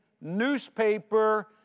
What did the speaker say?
newspaper